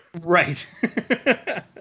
Right